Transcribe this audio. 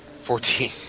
Fourteen